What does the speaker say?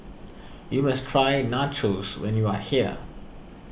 you must try Nachos when you are here